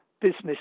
business